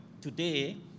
today